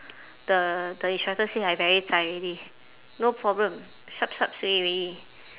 the the instructor say I very zai already no problem sap sap sui already